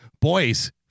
boys